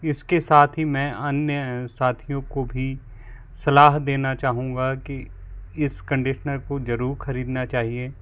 इसके साथ ही मैं अन्य साथियों को भी सलाह देना चाहूंगा कि इस कंडिशनर को ज़रूर खरीदना चाहिए